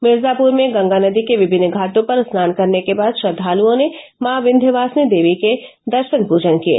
मिर्जाप्र में गंगा नदी के विभिन्न घाटों पर स्नान करने के बाद श्रद्वाल्ओं ने माँ विन्ध्यवासिनी देवी के दर्शन पूजन किये